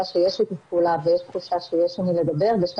שיש שיתוף פעולה ויש תחושה שיש עם מי לדבר ויש את